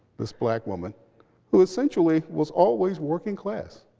this black woman who essentially was always working class.